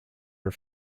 are